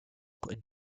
and